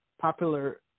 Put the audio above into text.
popular